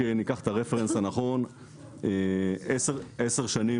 עשר שנים